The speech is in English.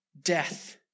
death